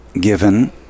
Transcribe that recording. given